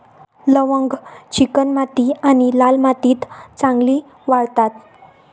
लवंग चिकणमाती आणि लाल मातीत चांगली वाढतात